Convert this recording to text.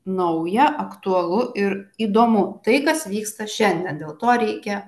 nauja aktualu ir įdomu tai kas vyksta šiandien dėl to reikia